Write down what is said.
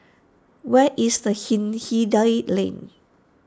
where is the Hindhede Lane